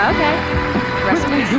Okay